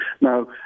Now